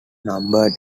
numbered